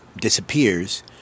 disappears